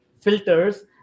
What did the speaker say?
filters